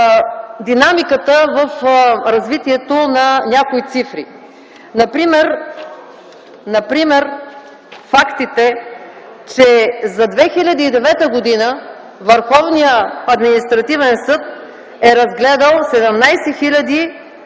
динамиката в развитието на някои цифри. Например фактите, че за 2009 г. Върховният административен съд е разгледал 17